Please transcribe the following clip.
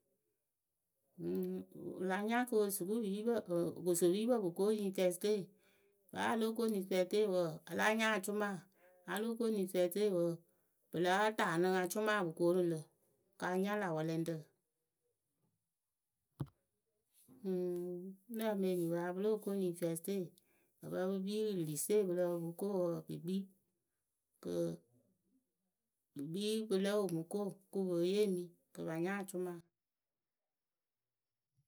Ǝŋ wɨ la nya kɨ osukupipǝ o okosopipǝ pɨ ko unitɛsɨte wǝ́ a lóo ko univɛsɨte wǝǝ a láa nya acʊma wǝ́ a lóo ko univɛsɨte wǝǝ pɨ láa taanɨ acuma pɨ koonu lǝ̈ ka nya lä wɛlɛŋrǝ.,Ǝŋ ŋ́ lǝǝmɨ enyipǝ ya pɨ lóo ko univɛsɨte ǝ pǝ pɨ kpii rɨ lise pɨ lǝh pǝ pɨ po ko wǝǝ pɨ kpii kɨ pɨ kpii pɨ lo mɨ ko kɨ pe yeemi kɨ pɨ pa nya acʊma.